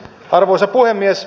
arvoisa puhemies